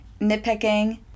nitpicking